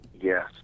yes